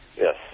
Yes